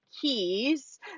keys